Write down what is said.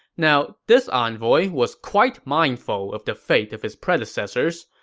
now, this envoy was quite mindful of the fate of his predecessors.